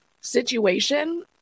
situation